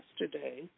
yesterday